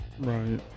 Right